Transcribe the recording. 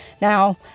Now